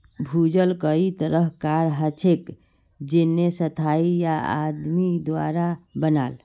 भूजल कई तरह कार हछेक जेन्ने स्थाई या आदमी द्वारा बनाल